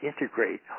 integrate